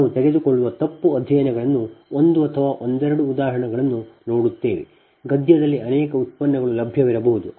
ನಾವು ತೆಗೆದುಕೊಳ್ಳುವ ತಪ್ಪು ಅಧ್ಯಯನಗಳನ್ನು ಒಂದು ಅಥವಾ ಒಂದೆರಡು ಉದಾಹರಣೆಗಳನ್ನು ನೋಡುತ್ತೇವೆ ಗದ್ಯದಲ್ಲಿ ಅನೇಕ ವ್ಯುತ್ಪನ್ನಗಳು ಲಭ್ಯವಿರಬಹುದು